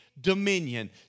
dominion